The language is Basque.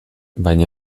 baina